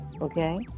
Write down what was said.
Okay